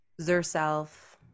Zerself